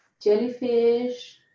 jellyfish